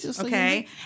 Okay